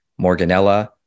Morganella